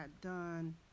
done